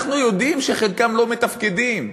אנחנו יודעים שחלקם לא מתפקדים,